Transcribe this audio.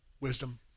wisdom